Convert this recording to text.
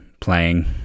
playing